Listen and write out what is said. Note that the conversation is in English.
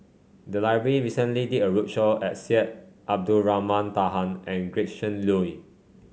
the library recently did a roadshow at Syed Abdulrahman Taha and Gretchen Liu